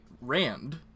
Rand